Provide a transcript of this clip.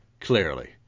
Clearly